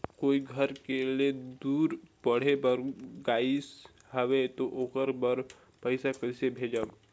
कोई घर ले दूर पढ़े बर गाईस हवे तो ओकर बर पइसा कइसे भेजब?